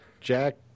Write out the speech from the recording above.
Jack